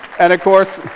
and of course,